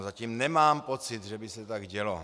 Zatím nemám pocit, že by se tak dělo.